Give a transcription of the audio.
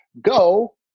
go